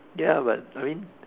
ya but I mean